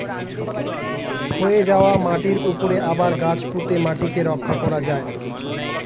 ক্ষয়ে যাওয়া মাটির উপরে আবার গাছ পুঁতে মাটিকে রক্ষা করা যায়